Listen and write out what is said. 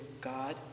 God